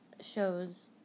shows